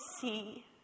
see